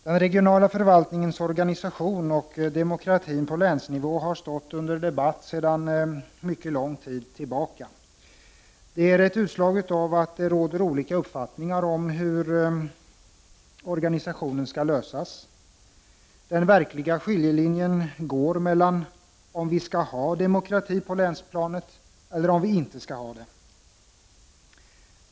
Herr talman! Den regionala förvaltningens organisation och demokratin på länsnivå har stått under debatt sedan lång tid tillbaka. Det är ett utslag av att det råder olika uppfattningar om hur organisationen skall lösas. Den verkliga skiljelinjen går mellan om vi skall ha demokrati på länsplanet eller inte.